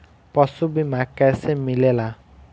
पशु बीमा कैसे मिलेला?